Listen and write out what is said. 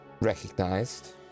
recognized